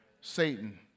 Satan